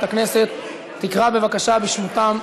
שאתה רוצה לעזור להם,